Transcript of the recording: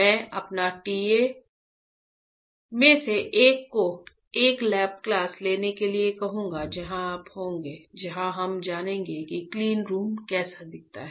मैं अपने TA में से एक को एक लैब क्लास लेने के लिए कहूँगा जहाँ आप होंगे जहां हम जानेंगे कि क्लीनरूम कैसा दिखता है